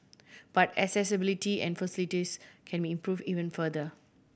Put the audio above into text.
but accessibility and facilities can be improve even further